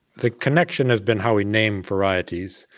the connection has been how we name varieties.